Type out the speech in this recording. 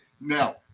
Now